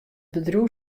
bedriuw